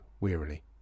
wearily